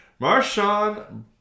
Marshawn